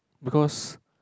because